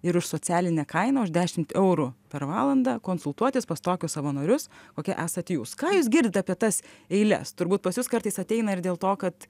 ir už socialinę kainą už dešimt eurų per valandą konsultuotis pas tokius savanorius kokie esat jūs ką jūs girdit apie tas eiles turbūt pas jus kartais ateina ir dėl to kad